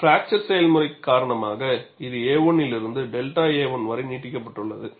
fracture செயல்முறை காரணமாக இது a1 ல் இருந்து 𝛅a1 வரை நீட்டிக்கப்பட்டுள்ளது